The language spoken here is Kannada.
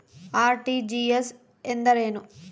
ಆರ್.ಟಿ.ಜಿ.ಎಸ್ ಎಂದರೇನು?